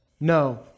No